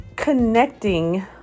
Connecting